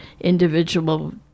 individual